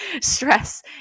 stress